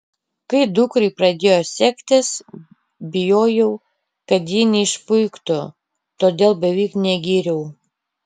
kai dukrai pradėjo sektis bijojau kad ji neišpuiktų todėl beveik negyriau